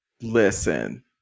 Listen